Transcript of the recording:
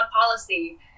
policy